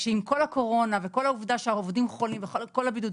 שעם כל הקורונה וכל העובדה שהעובדים חולים וכל הבידודים,